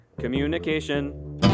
communication